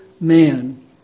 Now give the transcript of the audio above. man